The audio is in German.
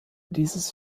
dieses